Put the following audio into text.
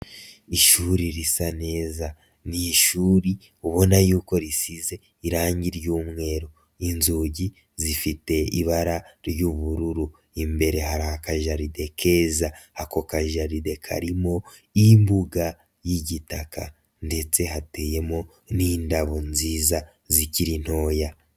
Ishuri risa neza ni ishuri ubona yuko risize irangi ry'umweru, inzugi zifite ibara ry'ubururu, imbere hari akajaride keza, ako kajaride karimo imbuga y'igitaka ndetse hateyemo n'indabo nziza zikiri ntoya.